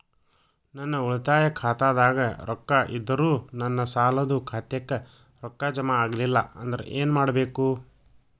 ನನ್ನ ಉಳಿತಾಯ ಖಾತಾದಾಗ ರೊಕ್ಕ ಇದ್ದರೂ ನನ್ನ ಸಾಲದು ಖಾತೆಕ್ಕ ರೊಕ್ಕ ಜಮ ಆಗ್ಲಿಲ್ಲ ಅಂದ್ರ ಏನು ಮಾಡಬೇಕು?